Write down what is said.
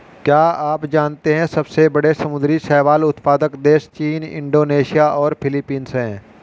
क्या आप जानते है सबसे बड़े समुद्री शैवाल उत्पादक देश चीन, इंडोनेशिया और फिलीपींस हैं?